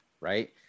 right